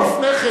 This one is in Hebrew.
לפני כן,